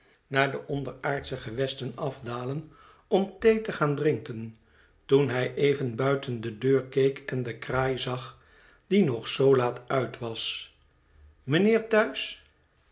naar de onderaardsche gewesten afdalen om thee te gaan drinken toen hij even buiten de deur keek en de kraai zag die nog zoo laat uit was mijnheer thuis